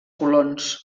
colons